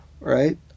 right